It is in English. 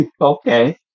Okay